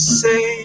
say